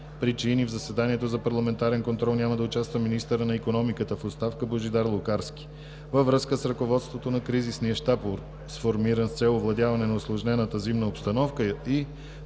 причини, в заседанието за парламентарен контрол няма да участва министърът на икономиката в оставка Божидар Лукарски. Във връзка с ръководството на Кризисния щаб, сформиран с цел овладяване на усложнената зимна обстановка и